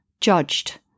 judged